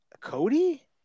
Cody